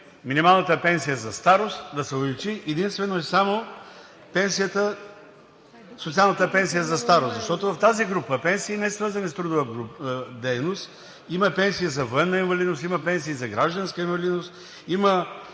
минималната пенсия, няма как да се увеличи единствено и само социалната пенсията за старост, защото в тази група са пенсиите, несвързани с трудова дейност, и има пенсии за военна инвалидност, има пенсии за гражданска инвалидност, има